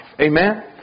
Amen